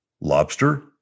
lobster